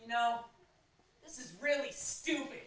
know this is really stupid